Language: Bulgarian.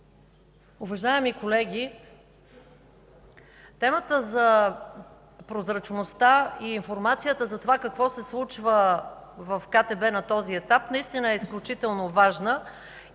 Уважаеми колеги, темата за прозрачността и информацията за това какво се случва в КТБ на този етап наистина е изключително важна